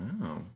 wow